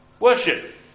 Worship